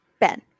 Ben